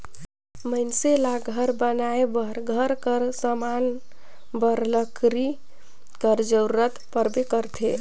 मइनसे ल घर बनाए बर, घर कर समान बर लकरी कर जरूरत परबे करथे